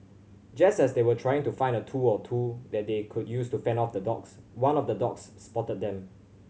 just as they were trying to find a tool or two that they could use to fend off the dogs one of the dogs spotted them